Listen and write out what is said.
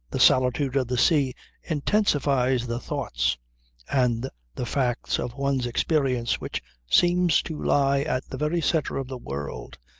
the solitude of the sea intensifies the thoughts and the facts of one's experience which seems to lie at the very centre of the world,